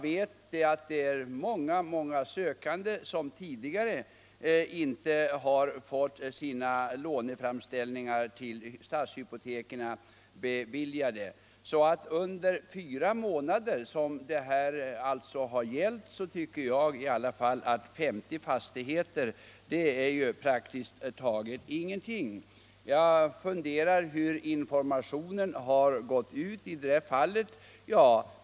Det är många sökande som tidigare inte har fått sina låneframställningar till stadshypotekskassan beviljade. Därför tycker jag att lån till 50 fastigheter under fyra månader är praktiskt taget ingenting. Jag undrar hur informationen har fungerat i detta fall.